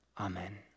Amen